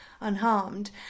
unharmed